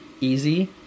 easy